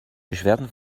beschwerden